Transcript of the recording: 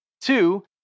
Two